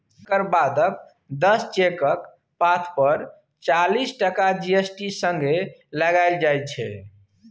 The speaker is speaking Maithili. तकर बादक दस चेकक पात पर चालीस टका जी.एस.टी संगे लगाएल जाइ छै